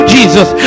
Jesus